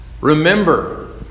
Remember